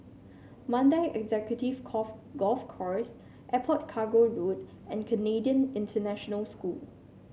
Mandai Executive Golf Course Airport Cargo Road and Canadian International School